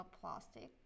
plastic